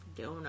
Donut